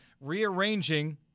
rearranging